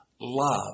love